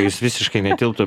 jis visiškai netilptų